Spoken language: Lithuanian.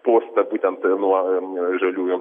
postą būtent nuo žaliųjų